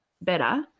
better